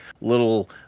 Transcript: little